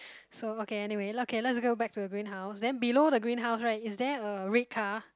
so okay anyway okay let's go back to the green house then below the green house right is there a red car